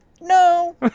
No